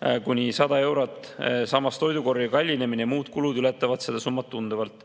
8-100 eurot, samas toidukorvi kallinemine ja muud kulud ületavad seda summat tunduvalt?"